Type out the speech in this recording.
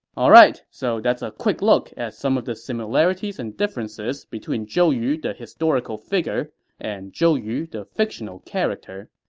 alright, so that's a quick look at some of the similarities and differences between zhou yu the historical figure and zhou yu the fictional character.